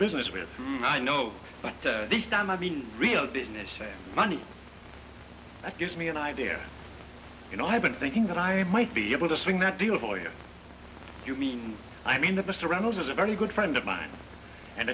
business with i know but deep down i mean real business and money that gives me an idea you know i've been thinking that i might be able to swing that deal a boy if you mean i mean that mr reynolds is a very good friend of mine and